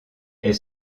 elle